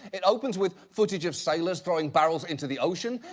it opens with footage of sailors throwing barrels into the ocean.